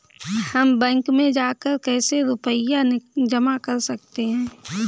हम बैंक में जाकर कैसे रुपया जमा कर सकते हैं?